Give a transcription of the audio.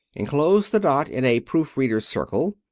enclosed the dot in a proofreader's circle,